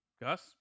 Gus